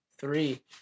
three